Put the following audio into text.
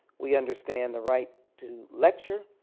we understand the right to lecture.